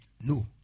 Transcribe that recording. No